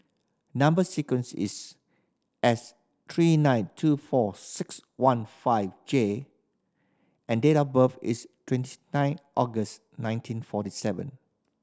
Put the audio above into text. number sequence is S three nine two four six one five J and date of birth is nine August nineteen forty seven